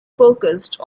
focused